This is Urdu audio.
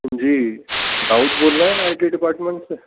جی داؤد بول رہے ہیں آئی ٹی ڈپارٹمنٹ سے